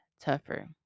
tougher